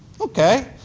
Okay